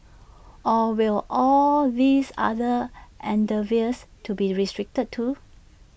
or will all these other endeavours to be restricted too